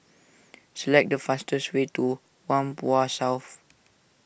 select the fastest way to Whampoa South